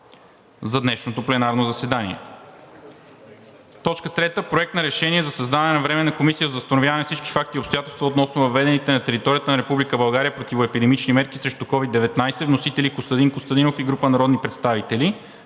за днешното пленарно заседание. На трето място, Проект на решение за създаване на Временна комисия за установяване на всички факти и обстоятелства относно въведените на територията на Република България противоепидемични мерки срещу COVID-19. Вносители – Костадин Костадинов и група народни представители.